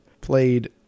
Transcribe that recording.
played